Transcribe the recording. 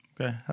Okay